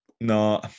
No